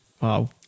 Wow